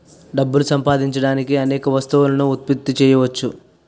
డబ్బులు సంపాదించడానికి అనేక వస్తువులను ఉత్పత్తి చేయవచ్చు